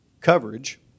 coverage